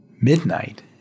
midnight